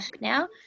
now